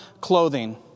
clothing